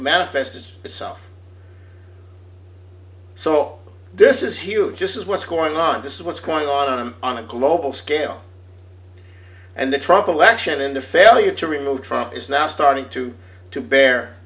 manifest itself so this is huge this is what's going on to see what's going on on a global scale and the trouble action and the failure to remove trump is now starting to to bear